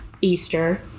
Easter